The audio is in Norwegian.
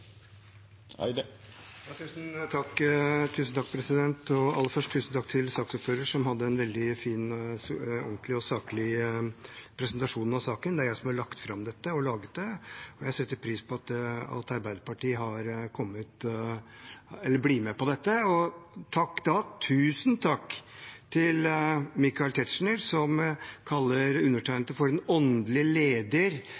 Aller først: Tusen takk til saksordføreren, som hadde en veldig fin, ordentlig og saklig presentasjon av saken. Det er jeg som har lagt fram dette og laget det, og jeg setter pris på at Arbeiderpartiet blir med på det. Tusen takk til Michael Tetzschner, som kaller undertegnede for en åndelig leder som har påvirket Arbeiderpartiet til å være med på dette.